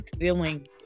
feeling